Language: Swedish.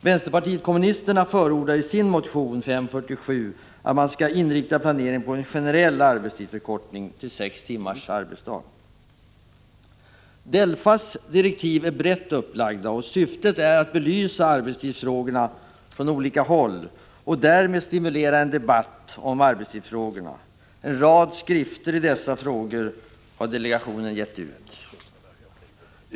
Vänsterpartiet kommunisterna förordar i sin motion 1984/85:547 att planeringen skall inriktas på en generell arbetstidsförkortning till sex timmars arbetsdag. DELFA:s direktiv är brett upplagda. Syftet är att belysa arbetstidsfrågorna från olika håll och därigenom stimulera till debatt om arbetstidsfrågorna. En rad skrifter i dessa frågor har getts ut av delegationen.